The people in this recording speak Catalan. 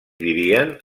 vivien